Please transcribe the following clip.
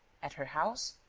at her house?